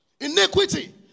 Iniquity